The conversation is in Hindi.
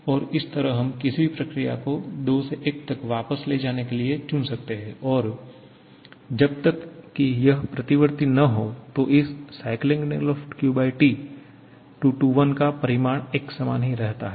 और इस तरह हम किसी भी प्रक्रिया को 2 से 1 तक वापस ले जाने के लिए चुन सकते हैं और जब तक कि यह प्रतिवर्ती न हो तो इस 21Q Tका परिमाण एक सामान ही रहता है